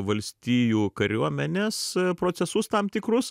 valstijų kariuomenės procesus tam tikrus